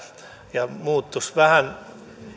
ja tämä keskustelu muuttuisi vähän